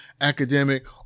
academic